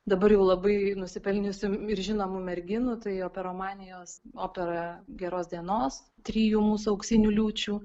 dabar jau labai nusipelniusių ir žinomų merginų tai operomanijos opera geros dienos trijų mūsų auksinių liūčių